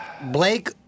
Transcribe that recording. Blake